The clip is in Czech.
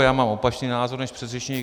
Já mám opačný názor než předřečník.